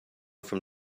from